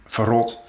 Verrot